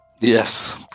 Yes